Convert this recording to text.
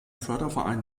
förderverein